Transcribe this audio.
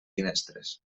finestres